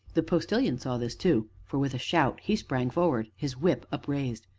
the postilion saw this too, for, with a shout, he sprang forward, his whip upraised.